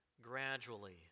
gradually